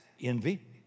Envy